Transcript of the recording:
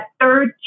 third